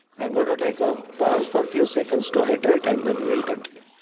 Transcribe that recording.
i'm going to take a pause for a few seconds to hydrate, and then we'll continue.